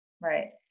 Right